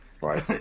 Right